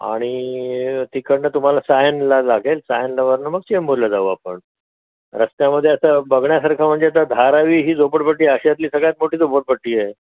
आणि तिकडनं तुम्हाला सायनला लागेल सायनवरनं मग चेंबूरला जाऊ आपण रस्त्यामध्ये आसं बघण्यासारखं म्हणजे आता धारावी ही झोपडपट्टी आशियातली सगळ्यात मोठी झोपडपट्टी आहे